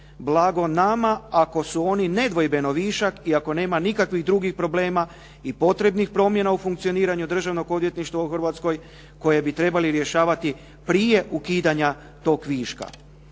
blago nama ako su oni nedvojbeno višak i ako nema nikakvih drugih problema i potrebnih promjena u funkcioniranju državnog odvjetništva u Hrvatskoj koje bi trebali rješavati prije ukidanja tog viška.